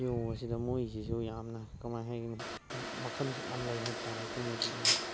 ꯌꯣꯒꯥꯁꯤꯗ ꯃꯣꯏꯁꯤꯁꯨ ꯌꯥꯝꯅ ꯀꯃꯥꯏꯅ ꯍꯥꯏꯒꯅꯤ ꯃꯈꯟꯁꯤ ꯌꯥꯝ ꯂꯩ ꯍꯥꯏꯕꯇꯔꯦ ꯑꯩꯈꯣꯏꯅꯗꯤ ꯌꯥꯝ ꯈꯪ